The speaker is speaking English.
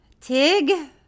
Tig